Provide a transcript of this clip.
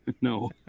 No